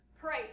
pray